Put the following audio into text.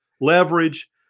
leverage